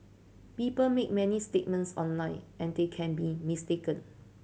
people make many statements online and they can be mistaken